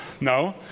No